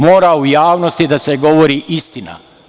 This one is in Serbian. Mora u javnosti da se govori istina.